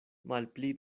malpli